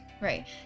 right